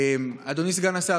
אדוני סגן השר,